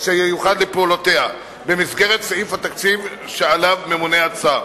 שייוחד לפעולותיה במסגרת סעיף התקציב שעליו ממונה השר.